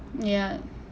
ya